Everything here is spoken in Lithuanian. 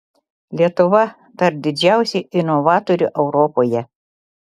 lietuva tarp didžiausių inovatorių europoje